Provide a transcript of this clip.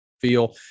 feel